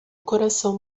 coração